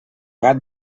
gat